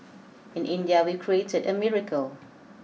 in India we've created a miracle